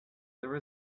there